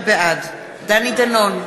בעד דני דנון,